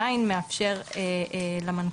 עדיין ההצהרה בתוקף והעולם נוהג להתייחס לזה עדיין כמצב